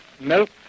milk